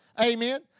Amen